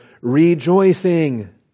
rejoicing